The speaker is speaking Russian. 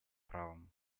правом